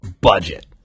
budget